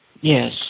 Yes